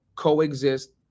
coexist